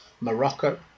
Morocco